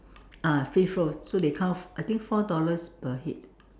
ah free flow so they count I think four dollars per head